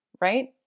Right